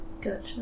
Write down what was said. Gotcha